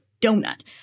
donut